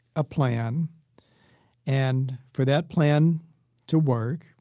a plan and for that plan to work,